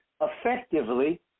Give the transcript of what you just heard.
effectively